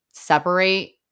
separate